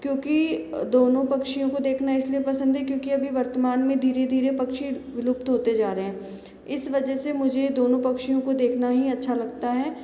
क्योंकि दोनों पक्षियों को देखना इसलिए पसंद है क्योंकि अभी वर्तमान में धीरे धीरे पक्षी लुप्त होते जा रहे हैं इस वजह से मुझे दोनों पक्षियों को देखना ही अच्छा लगता है